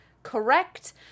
Correct